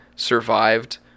survived